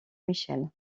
michel